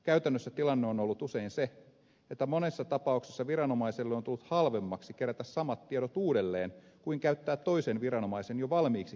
käytännössä tilanne on ollut usein se että monessa tapauksessa viranomaiselle on tullut halvemmaksi kerätä samat tiedot uudelleen kuin käyttää toisen viranomaisen jo valmiiksi keräämiä tietoja